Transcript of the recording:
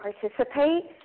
participate